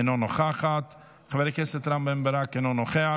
אינה נוכחת, חבר הכנסת רם בן ברק, אינו נוכח,